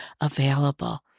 available